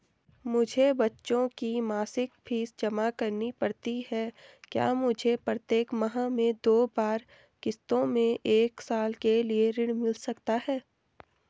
मुझे बच्चों की मासिक फीस जमा करनी पड़ती है क्या मुझे प्रत्येक माह में दो बार किश्तों में एक साल के लिए ऋण मिल सकता है?